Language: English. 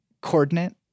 coordinate